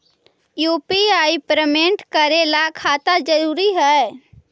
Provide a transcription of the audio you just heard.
UPI payment करे ला खाता जरूरी है?